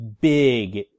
big